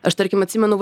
aš tarkim atsimenu